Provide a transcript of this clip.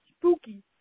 spooky